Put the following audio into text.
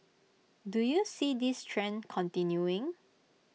do you see this trend continuing